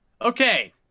okay